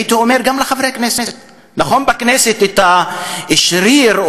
הייתי אומר גם לחברי הכנסת: נכון שאולי בכנסת השריר,